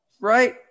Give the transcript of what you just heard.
right